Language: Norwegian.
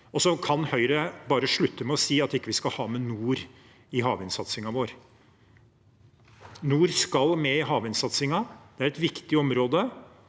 Så kan Høyre bare slutte med å si at vi ikke skal ha med nord i havvindsatsingen vår. Nord skal med i havvindsatsingen. Det er et viktig område.